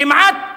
כמעט